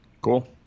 Cool